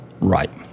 Right